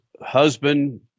husband